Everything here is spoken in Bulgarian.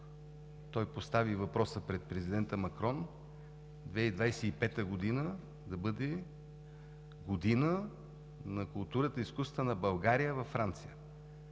Той постави въпроса и пред президента Макрон 2025 г. да бъде Година на културата и изкуствата на България във Франция.